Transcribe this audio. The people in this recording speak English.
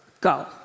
go